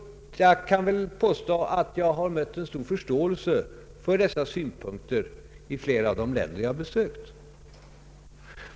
Jag kan väl påstå att jag har mött stor förståelse för dessa synpunkter i flera av de länder jag besökt.